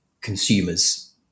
consumers